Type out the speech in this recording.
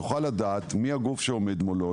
יוכל לדעת מיהו הגוף שעומד מולו,